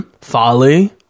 folly